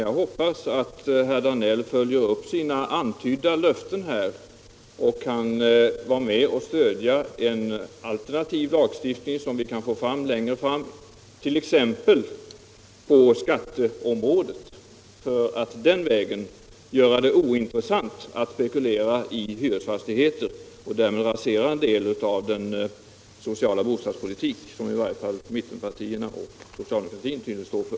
Jag hoppas att herr Danell följer upp sina antydda löften och kan vara med och stödja en alternativ lagstiftning längre fram, t.ex. på skatteområdet, för att den vägen göra det ointressant att spekulera i hyresfastigheter, annars raseras en del av den sociala bostadspolitik som i varje fall mittenpartierna och socialdemokratin vill stå för.